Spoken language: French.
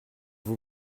vous